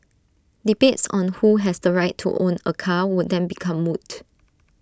debates on who has the right to own A car would then become moot